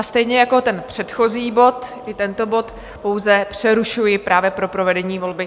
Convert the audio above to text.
Stejně jako ten předchozí bod, i tento bod pouze přerušuji právě pro provedení volby.